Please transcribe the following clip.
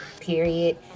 Period